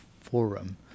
forum